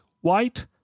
white